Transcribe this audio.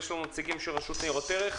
יש לנו נציגים של רשות ניירות ערך,